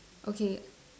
okay